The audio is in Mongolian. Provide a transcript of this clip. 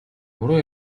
буруу